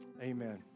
Amen